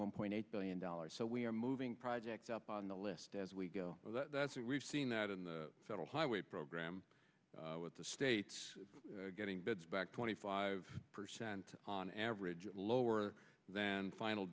one point eight billion dollars so we are moving projects up on the list as we go that's what we've seen that in the federal highway program with the states getting bids back twenty five percent on average lower than final